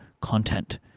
content